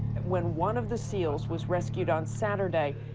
when one of the seals was rescued on saturday,